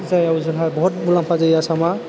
जायाव जोंहा बहुद मुलाम्फा जायो आसामा